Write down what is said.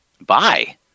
Bye